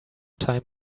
time